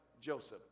Joseph